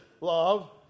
love